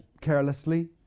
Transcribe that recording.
carelessly